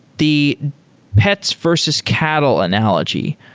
the pets versus cattle analogy.